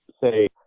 say